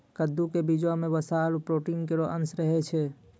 कद्दू क बीजो म वसा आरु प्रोटीन केरो अंश रहै छै